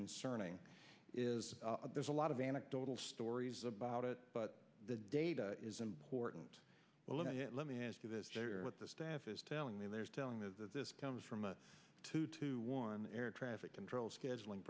concerning is there's a lot of anecdotal stories about it but the data is important let me ask you this with the staff is telling me there's telling is that this comes from a two to one air traffic control scheduling